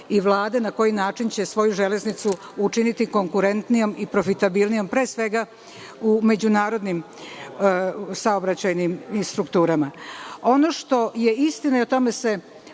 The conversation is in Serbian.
i Vlade na koji način će svoju železnicu učiniti konkurentnijom i profitabilnijom, pre svega, u međunarodnim saobraćajnim strukturama. Ono što je istina i to se